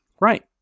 Right